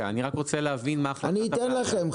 אני רק רוצה להבין מה --- אתן לכם,